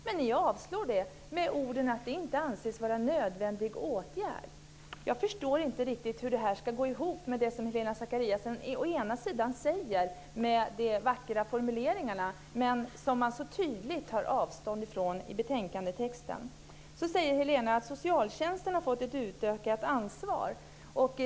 Men ni avstyrker det med orden att det inte anses vara en nödvändig åtgärd. Jag förstår inte riktigt hur det ska gå ihop med det som Helena Zakariasén säger med de vackra formuleringarna men som hon så tydligt tar avstånd ifrån i betänkandetexten. Så säger Helena att socialtjänsten har fått ett utökat ansvar.